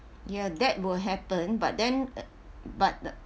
ya that will happen but then but